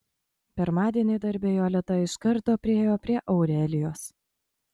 pirmadienį darbe jolita iš karto priėjo prie aurelijos